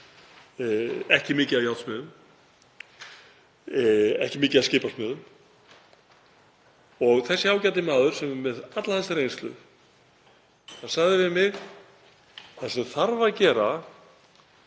ekki mikið af járnsmiðum, ekki mikið af skipasmiðum, en þessi ágæti maður sem er með alla þessa reynslu sagði við mig: Það sem þarf að gera